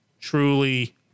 truly